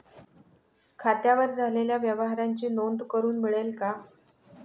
खात्यावर झालेल्या व्यवहाराची नोंद करून मिळेल का?